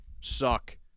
suck